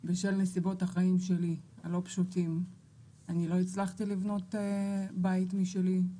בשל נסיבות החיים שלי הלא פשוטים אני לא הצלחתי לבנות בית משלי,